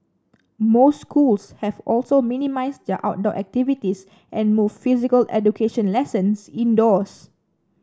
most schools have also minimised their outdoor activities and moved physical education lessons indoors